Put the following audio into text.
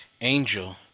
Angel